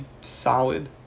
solid